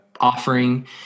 offering